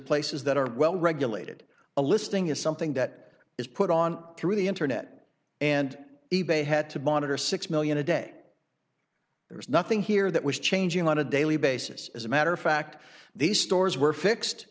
places that are well regulated a listing is something that is put on through the internet and e bay had to monitor six million a day there is nothing here that was changing on a daily basis as a matter of fact these stores were fixed